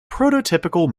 prototypical